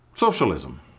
Socialism